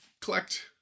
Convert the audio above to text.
collect